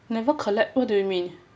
never collapse what do you mean